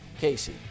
Casey